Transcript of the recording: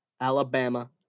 Alabama